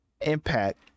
impact